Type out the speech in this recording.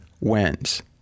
wins